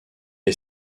est